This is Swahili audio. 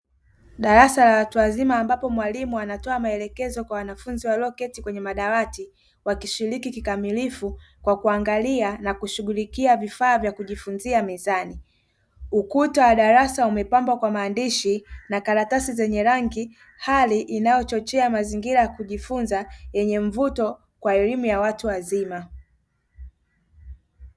Darasa la watu wazima ambapo mwalimu anatoa maelekezo kwa wanafunzi walioketi kwenye madawati wakishiriki kikamilifu kwa kuangalia na kushughulikia vifaa vya kujifunzia mezani, ukuta wa darasa umepambwa kwa maandishi na karatasi zenye rangi hali inayochochea mazingira ya kujifunza yenye mvuto kwa elimu kwa watu wazima.